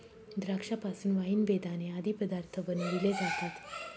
द्राक्षा पासून वाईन, बेदाणे आदी पदार्थ बनविले जातात